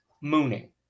Mooning